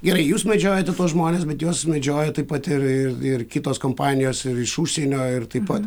gerai jūs medžiojate tuos žmones bet juos medžioja taip pat ir ir ir kitos kompanijos ir iš užsienio ir taip pat